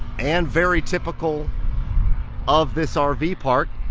and very typical of this ah rv park.